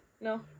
no